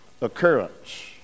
occurrence